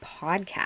Podcast